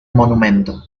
monumento